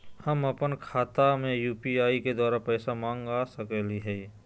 हम अपन खाता में यू.पी.आई के द्वारा पैसा मांग सकई हई?